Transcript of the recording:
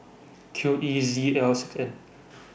Q E Z L six N